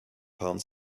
pound